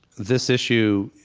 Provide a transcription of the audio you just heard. this issue,